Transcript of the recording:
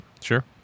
Sure